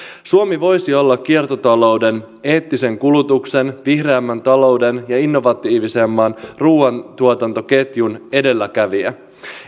suomi voisi olla kiertotalouden eettisen kulutuksen vihreämmän talouden ja innovatiivisemman ruuantuotantoketjun edelläkävijä